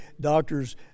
doctors